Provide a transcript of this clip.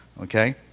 Okay